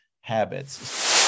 habits